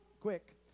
quick